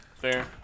Fair